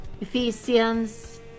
Ephesians